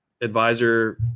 advisor